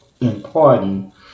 important